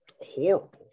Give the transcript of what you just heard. horrible